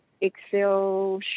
Excel